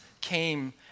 came